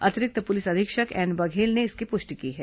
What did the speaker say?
अतिरिक्त पुलिस अधीक्षक एन बघेल ने इसकी पुष्टि की है